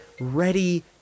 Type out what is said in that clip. ready